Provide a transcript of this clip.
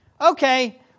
Okay